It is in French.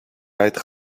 être